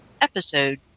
Episode